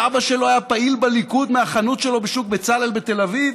שאבא שלו היה פעיל בליכוד מהחנות שלו בשוק בצלאל בתל אביב?